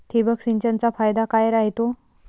ठिबक सिंचनचा फायदा काय राह्यतो?